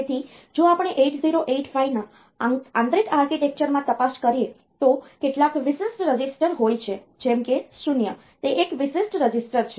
તેથી જો આપણે 8085 ના આંતરિક આર્કિટેક્ચર માં તપાસ કરીએ તો કેટલાક વિશિષ્ટ રજિસ્ટર હોય છે જેમ કે 0 તે એક વિશેષ રજિસ્ટર છે